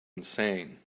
insane